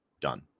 done